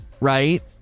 right